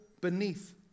beneath